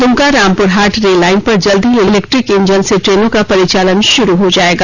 Dumka Rampurhat rail line पर जल्द ही इलेक्ट्रिक इंजन से ट्रेनों का परिचालन शुरू हो जायेगा